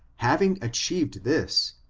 having achieved this,